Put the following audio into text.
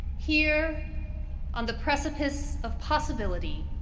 here on the precipice of possibility,